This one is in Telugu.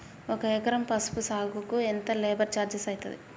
ఒక ఎకరం పసుపు సాగుకు ఎంత లేబర్ ఛార్జ్ అయితది?